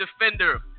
defender